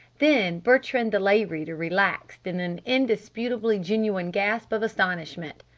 then bertrand the lay reader relaxed in an indisputably genuine gasp of astonishment.